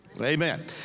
amen